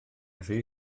rhy